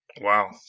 Wow